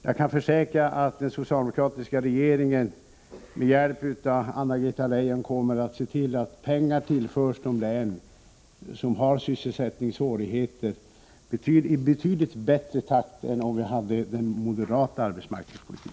Jag kan försäkra att den socialdemokratiska regeringen med hjälp av Anna-Greta Leijon kommer att se till att pengar tillförs de län, som har sysselsättningssvårigheter, i betydligt snabbare takt än om vi hade en moderat arbetsmarknadspolitik.